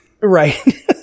Right